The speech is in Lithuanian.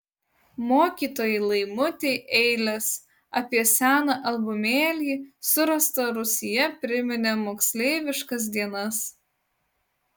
mokytojai laimutei eilės apie seną albumėlį surastą rūsyje priminė moksleiviškas dienas